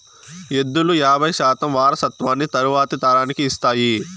ఎద్దులు యాబై శాతం వారసత్వాన్ని తరువాతి తరానికి ఇస్తాయి